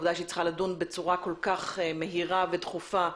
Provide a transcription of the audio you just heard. בצורה כל כך מהירה ודחופה.